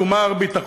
כי הוא מר ביטחון,